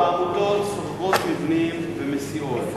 העמותות סוגרות מבנים ומסיעות,